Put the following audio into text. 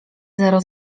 zero